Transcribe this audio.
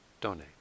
donate